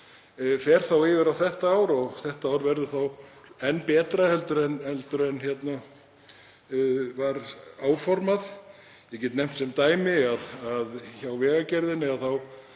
fer þá yfir á þetta ár. Þetta ár verður þá enn betra heldur en var áformað. Ég get nefnt sem dæmi að hjá Vegagerðinni